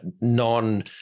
Non